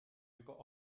über